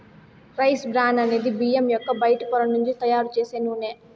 rice bran అనేది బియ్యం యొక్క బయటి పొర నుంచి తయారు చేసే నూనె